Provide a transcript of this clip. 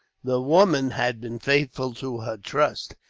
the woman had been faithful to her trust.